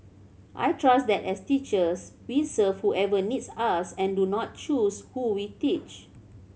I trust that as teachers we serve whoever needs us and do not choose who we teach